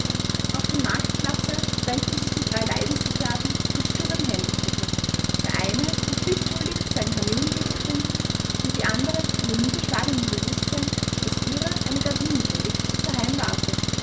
auf dem marktplatze trennten sich die drei leidensgefährten mit stummem händedrucke der eine um pflichtschuldigst seinen kamillenthee zu trinken und die anderen in dem niederschlagenden bewußtsein daß ihrer eine gardinenpredigt daheim warte